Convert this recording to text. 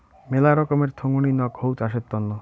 মেলা রকমের থোঙনি নক হউ চাষের তন্ন